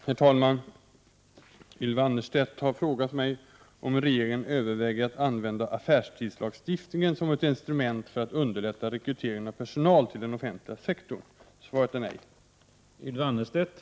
Herr talman! Ylva Annerstedt har frågat mig om regeringen överväger att använda affärstidslagstiftningen som ett instrument för att underlätta rekryteringen av personal till den offentliga sektorn. Svaret är nej.